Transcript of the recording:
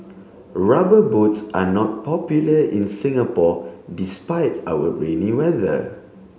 rubber boots are not popular in Singapore despite our rainy weather